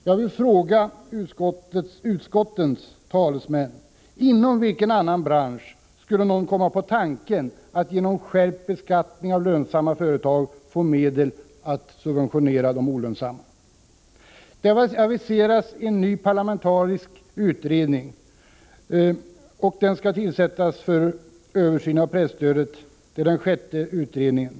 Jag vill fråga utskottens talesmän: Inom vilken annan bransch skulle någon komma på tanken att genom skärpt beskattning av lönsamma företag få medel att subventionera de olönsamma? Det aviseras att en ny parlamentarisk utredning — den sjätte i ordningen — skall tillsättas för översyn av presstödet.